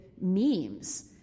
memes